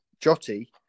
Jotty